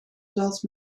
zoals